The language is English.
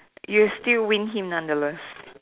you still win him nonetheless